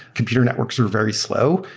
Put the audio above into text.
computer networks were very slow.